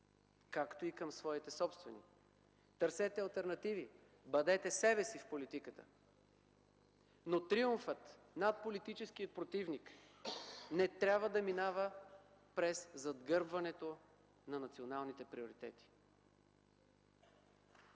както и към своите собствени, търсете алтернативи, бъдете себе си в политиката, но триумфът над политическия противник не трябва да минава през загърбването на националните приоритети.